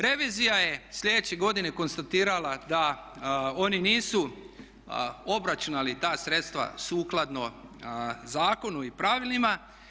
Revizija je sljedeće godine konstatirala da oni nisu obračunali ta sredstva sukladno zakonu i pravilima.